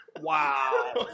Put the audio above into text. Wow